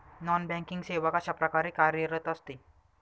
Non banking सेवा कशाप्रकारे कार्यरत असते?